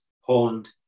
horned